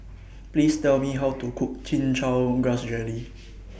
Please Tell Me How to Cook Chin Chow Grass Jelly